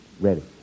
Ready